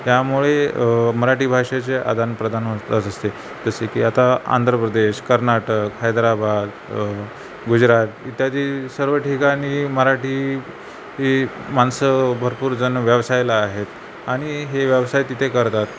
त्यामुळे मराठी भाषेचे आदानप्रदान होतच असते जसे की आता आंध्रप्रदेश कर्नाटका हैदराबाद गुजरात इत्यादी सर्व ठिकाणी मराठी ही माणसं भरपूर जणं व्यवसायाला आहेत आणि हे व्यवसाय तिथे करतात